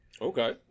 Okay